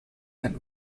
and